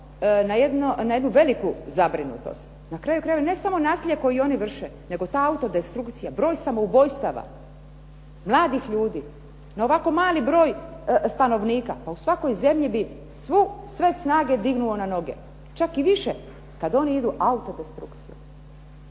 na jednu veliku zabrinutost. Na kraju krajeva ne samo nasilje koji oni vrše, nego ta autodestrukcija, broj samoubojstava mladih ljudi na ovako mali broj stanovnika. Pa u svakoj zemlji bi sve snage dignuo na noge, čak i više kad oni idu autodestrukcijom.